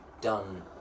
done